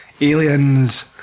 Aliens